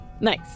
Nice